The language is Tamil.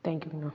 தேங்க்யூங்கண்ணா